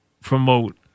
promote